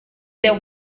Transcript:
there